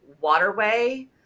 waterway